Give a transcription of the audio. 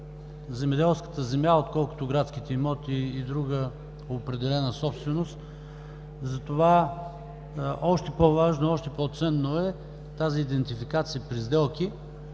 земеделската земя, отколкото градските имоти и друга определена собственост, затова още по-важно и още по-ценно е тази идентификация при сделки